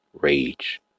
rage